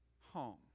home